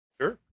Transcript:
sure